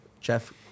Jeff